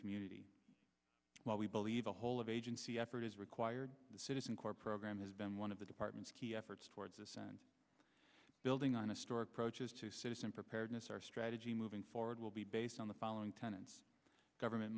community where we believe the whole of agency effort is required the citizen corps program has been one of the department's key efforts towards us and building on a store approaches to citizen preparedness our strategy moving forward will be based on the following tenants government